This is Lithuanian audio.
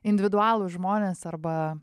individualūs žmonės arba